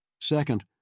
Second